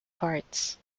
parts